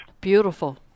beautiful